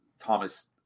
Thomas